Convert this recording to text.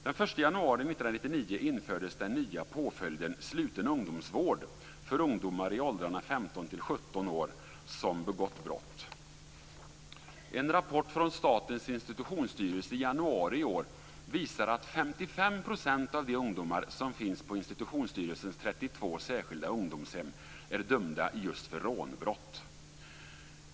Den 1 januari 1999 infördes den nya påföljden sluten ungdomsvård för ungdomar i åldrarna 15-17 år som begått brott. En rapport från Statens institutionsstyrelse i januari i år visar att 55 % av de ungdomar som finns på institutionsstyrelsens 32 särskilda ungdomshem är dömda just för rånbrott.